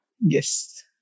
Yes